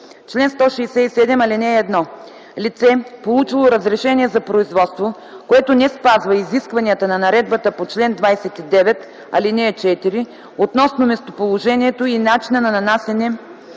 „Чл. 167. (1) Лице, получило разрешение за производство, което не спазва изискванията на наредбата по чл. 29, ал. 4 относно местоположението и начина на нанасяне